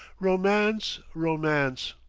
romance! romance!